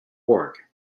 org